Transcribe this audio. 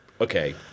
okay